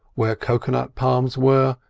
where cocoa-nut palms were,